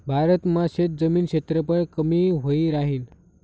भारत मा शेतजमीन क्षेत्रफळ कमी व्हयी राहीन